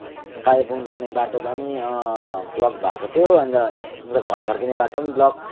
कालिम्पोङ जाने बाटो पनि ब्लक भएको थियो अन्त घर फर्किने बाटो पनि ब्लक